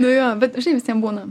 nu jo bet žinai visiem būna